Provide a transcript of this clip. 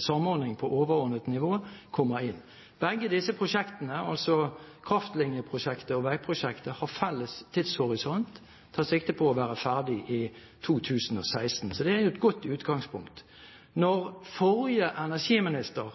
samordning på overordnet nivå kommer inn. Begge disse prosjektene, altså kraftlinjeprosjektet og veiprosjektet, har felles tidshorisont. Man tar sikte på å være ferdig i 2016. Så det er et godt utgangspunkt. Da den forrige